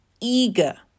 eager